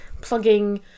plugging